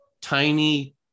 tiny